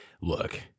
Look